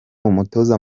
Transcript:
umutoza